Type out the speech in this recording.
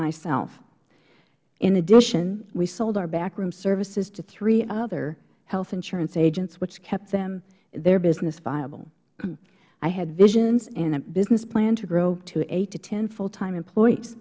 myself in addition we sold our backroom services to three other health insurance agents which kept their business viable i had visions and a business plan to grow to eight to ten full time employees